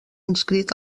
inscrit